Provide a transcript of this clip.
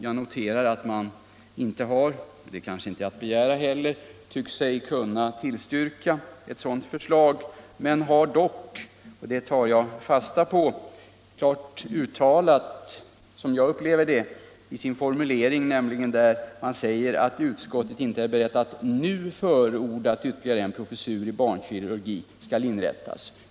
Jag noterar att man inte har kunnat tillstyrka ett sådant förslag. Utskottet har dock, det tar jag fasta på, i sin formulering klart uttalat att man inte nu är beredd att förorda att ytterligare en professur i barnkirurgi skall inrättas.